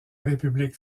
république